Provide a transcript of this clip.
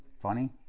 funny,